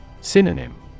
Synonym